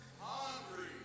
hungry